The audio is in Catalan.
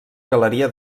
galeria